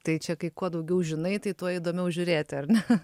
tai čia kai kuo daugiau žinai tai tuo įdomiau žiūrėti ar ne